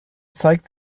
zeigt